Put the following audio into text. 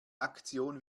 aktion